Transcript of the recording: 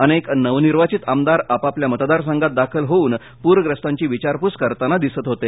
अनेक नवनिर्वायित आमदार आपापल्या मतदारसंघात दाखल होऊन पूखस्तांची विचारपूस करताना दिसत होते